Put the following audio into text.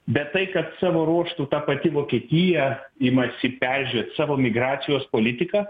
bet tai kad savo ruožtu ta pati vokietija imasi peržiūrėt savo migracijos politiką